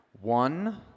One